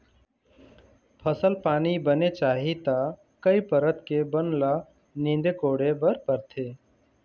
फसल पानी बने चाही त कई परत के बन ल नींदे कोड़े बर परथे